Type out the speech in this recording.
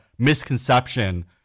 Misconception